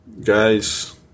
guys